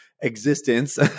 existence